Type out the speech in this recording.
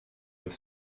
with